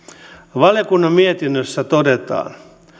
valiokunnan mietinnössä todetaan